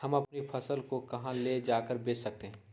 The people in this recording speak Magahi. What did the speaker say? हम अपनी फसल को कहां ले जाकर बेच सकते हैं?